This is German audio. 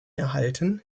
erhalten